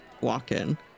walk-in